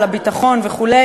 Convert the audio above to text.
לביטחון וכו',